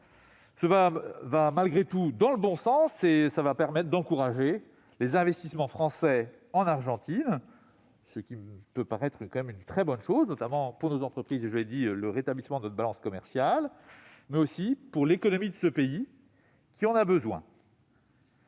vont malgré tout dans le bon sens et vont permettre d'encourager les investissements français en Argentine, ce qui est une très bonne chose pour nos entreprises, pour le rétablissement de notre balance commerciale, mais aussi pour l'économie de ce pays, qui en a besoin.